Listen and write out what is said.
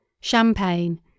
Champagne